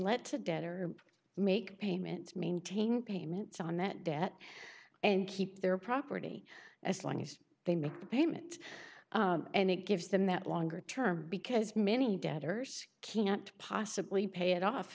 debtor make payments maintain payments on that debt and keep their property as long as they make the payments and it gives them that longer term because many debtors can't possibly pay it off